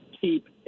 keep